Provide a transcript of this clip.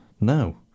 No